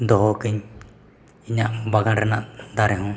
ᱫᱚᱦᱚᱠᱟᱜ ᱟᱹᱧ ᱤᱧᱟᱹᱜ ᱵᱟᱜᱟᱱ ᱨᱮᱱᱟᱜ ᱫᱟᱨᱮᱦᱚᱸ